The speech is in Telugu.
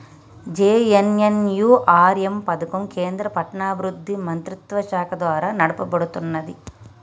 జే.ఎన్.ఎన్.యు.ఆర్.ఎమ్ పథకం కేంద్ర పట్టణాభివృద్ధి మంత్రిత్వశాఖ ద్వారా నడపబడుతున్నది